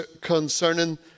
concerning